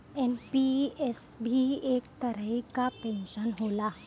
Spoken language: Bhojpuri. एन.पी.एस भी एक तरही कअ पेंशन होला